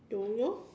don't know